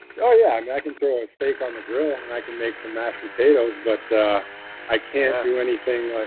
yeah, yeah i mean, i can throw a steak on the grill and and i can make some mashed potatoes, but i can't do anything like,